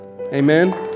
Amen